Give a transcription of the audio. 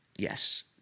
Yes